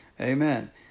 Amen